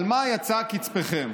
על מה יצא קצפכם?